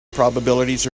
probabilities